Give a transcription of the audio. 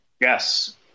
yes